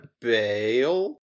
bail